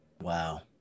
Wow